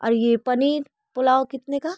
और ये पनीर पुलाऊ कितने का